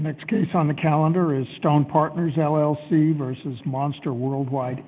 next case on the calendar is stone partners l l c versus monster worldwide